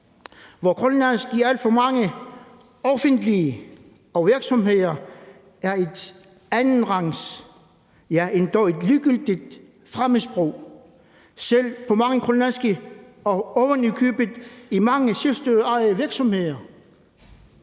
hvor grønlandsk i alt for mange offentlige og private virksomheder er et andenrangs, ja, endog et ligegyldigt fremmedsprog, selv i mange grønlandske og ovenikøbet i mange selvstyreejede virksomheder.